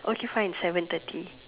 okay fine seven thirty